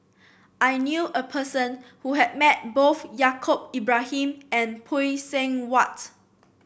I knew a person who has met both Yaacob Ibrahim and Phay Seng Whatt